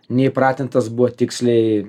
neįpratintas buvo tiksliai